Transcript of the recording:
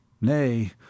Nay